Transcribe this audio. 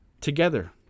Together